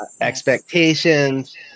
expectations